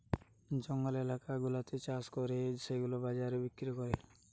জঙ্গল এলাকা গুলাতে চাষ করে সেগুলা বাজারে বিক্রি করে